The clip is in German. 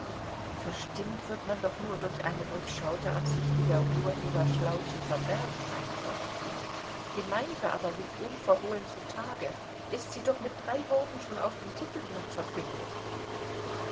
verstimmt wird man doch nur durch eine durchschaute absicht die der urheber schlau zu verbergen meinte die meinige aber liegt unverhohlen zu tage ist sie doch mit drei worten schon auf dem titelblatt verkündet